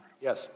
Yes